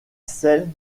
selle